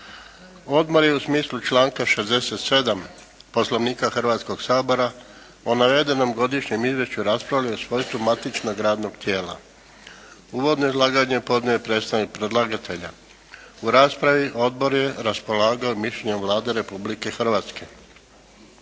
Odbor je u smislu članka 67. Poslovnika Hrvatskoga sabora o navedenom Godišnjem izvješću raspravljao u svojstvu matičnog radnog tijela. Uvodno izlaganje podnio je predstavnik predlagatelja. U raspravi odbor je raspolagao mišljenjem Vlade Republike Hrvatske.